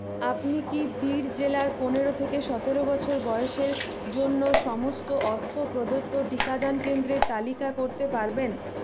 আপনি কি বিড় জেলার পনেরো থেকে সতেরো বছর বয়সের জন্য সমস্ত অর্থ প্রদত্ত টিকাদান কেন্দ্রের তালিকা করতে পারবেন